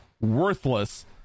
worthless